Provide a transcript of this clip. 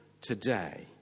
today